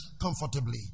comfortably